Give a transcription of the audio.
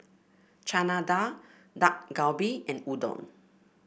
Chana Dal Dak Galbi and Udon